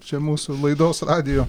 čia mūsų laidos radijo